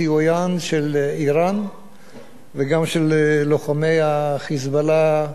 בסיועם של אירן וגם של לוחמי ה"חיזבאללה"